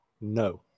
no